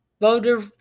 Voter